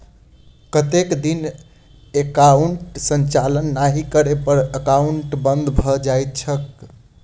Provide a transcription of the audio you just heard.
कतेक दिन एकाउंटक संचालन नहि करै पर एकाउन्ट बन्द भऽ जाइत छैक?